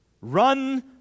Run